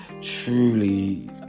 truly